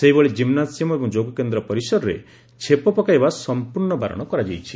ସେହିଭଳି ଜିମ୍ନାସିୟମ ଏବଂ ଯୋଗକେନ୍ଦ ପରିସରରେ ଛେପ ପକାଇବା ସମ୍ମର୍ କରାଯାଇଛି